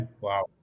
Wow